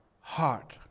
heart